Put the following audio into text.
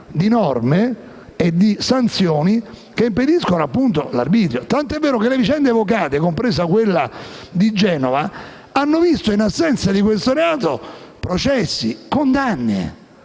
di norme e sanzioni che impedisce, appunto, l'arbitrio. Ciò è tanto vero che le vicende evocate, compresa quella di Genova, hanno visto, in assenza di questo reato, processi, condanne